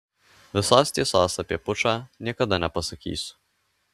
visos tiesos apie pučą niekada nepasakysiu